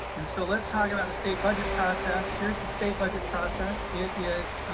and so let's talk about the state budget process. here's the state budget process. it is